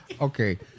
Okay